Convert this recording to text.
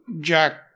Jack